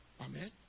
Amen